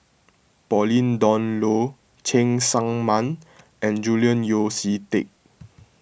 Pauline Dawn Loh Cheng Tsang Man and Julian Yeo See Teck